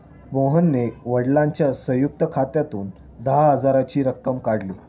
मोहनने वडिलांच्या संयुक्त खात्यातून दहा हजाराची रक्कम काढली